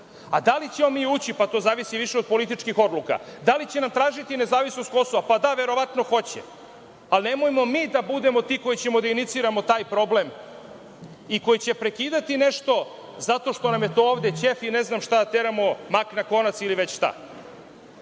li ćemo mi ući? To zavisi više od političkih odluka. Da li će nam tražiti nezavisnost Kosova? Pa da, verovatno hoće? Ali nemojmo mi da budemo ti koji ćemo da iniciramo taj problem i koji će prekidati nešto zato što nam je to ovde ćef i ne znam šta teramo, mak na konac ili već šta. Što